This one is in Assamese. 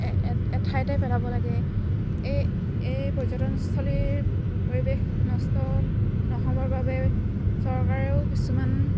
এ এঠাইতে পেলাব লাগে এই এই পৰ্যটনস্থলীৰ পৰিৱেশ নষ্ট নহ'বৰ বাবে চৰকাৰেও কিছুমান